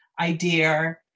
idea